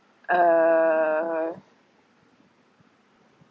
uh